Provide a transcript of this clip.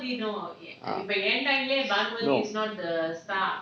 np